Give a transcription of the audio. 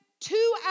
two